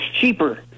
cheaper